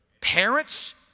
Parents